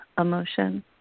emotion